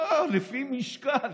לא, לפי משקל.